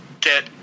get